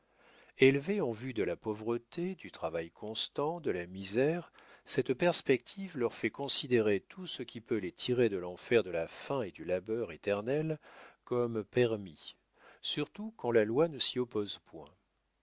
élevés en vue de la pauvreté du travail constant de la misère cette perspective leur fait considérer tout ce qui peut les tirer de l'enfer de la faim et du labeur éternel comme permis surtout quand la loi ne s'y oppose point